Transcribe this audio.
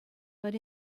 but